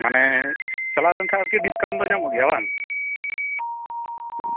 ᱢᱟᱱᱮ ᱪᱟᱞᱟᱣ ᱞᱮᱱᱠᱷᱟᱱ ᱟᱨᱠᱤ ᱰᱤᱥᱠᱟᱣᱩᱱᱴ ᱫᱚ ᱧᱟᱢᱚᱜ ᱜᱮᱭᱟ ᱵᱟᱝ